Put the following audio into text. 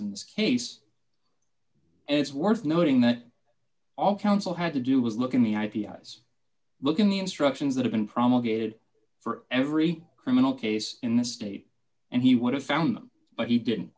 in this case it's worth noting that all counsel had to do was look in the ip eyes look at the instructions that have been promulgated for every criminal case in the state and he would have found them but he didn't